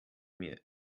mir